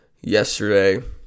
yesterday